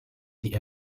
die